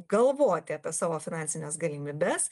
galvoti apie savo finansines galimybes